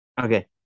okay